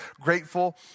grateful